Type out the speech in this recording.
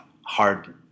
hard